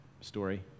story